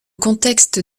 contexte